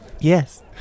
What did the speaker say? Yes